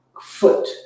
foot